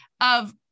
of-